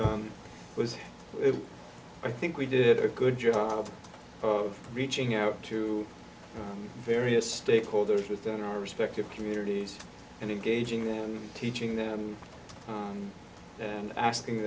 was i think we did a good job of reaching out to various stakeholders within our respective communities and engaging them teaching them and asking